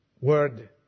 Word